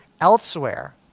elsewhere